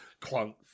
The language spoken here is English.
Clunk